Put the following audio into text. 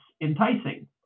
enticing